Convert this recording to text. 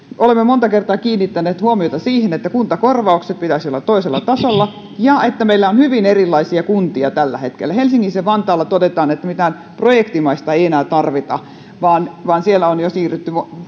olemme monta kertaa kiinnittäneet huomiota siihen että kuntakorvausten pitäisi olla toisella tasolla ja että meillä on hyvin erilaisia kuntia tällä hetkellä helsingissä ja vantaalla todetaan että mitään projektimaista ei enää tarvita vaan vaan siellä on jo siirrytty